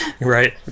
right